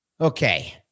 Okay